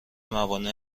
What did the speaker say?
موانع